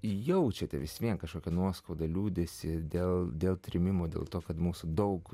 jaučiate vis vien kažkokią nuoskaudą liūdesį dėl dėl trėmimo dėl to kad mūsų daug